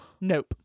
Nope